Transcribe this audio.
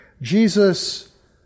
Jesus